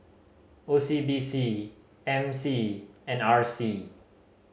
O C B C M C and R C